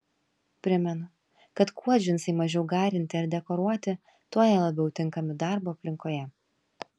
primenu kad kuo džinsai mažiau garinti ar dekoruoti tuo jie labiau tinkami darbo aplinkoje